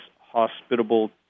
hospitable